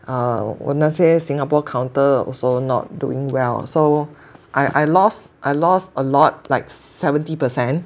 err 我那些 Singapore counter also not doing well so I I lost I lost a lot like seventy percent